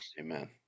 Amen